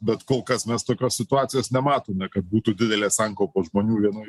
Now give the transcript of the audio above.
bet kol kas mes tokios situacijos nematome kad būtų didelė sankaupa žmonių vienoj